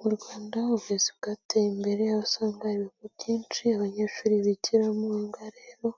Mu Rwanda uburezi bwateye imbere ,aho usanga hari ibigo byinshi ,abanyeshuri bigiramo ,aha ngaha rero